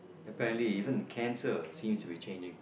apparently even cancer seems to be changing